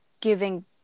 giving